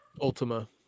Ultima